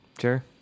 Sure